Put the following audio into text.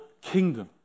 kingdom